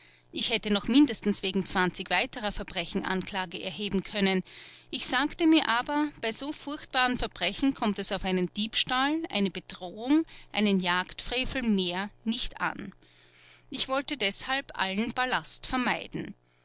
ich hätte noch mindestens wegen weiterer verbrechen anklage erheben können ich sagte mir aber bei so furchtbaren verbrechen kommt es auf einen diebstahl eine bedrohung einen jagdfrevel mehr nicht an ich wollte deshalb allen ballast vermeiden